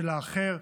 של האחר.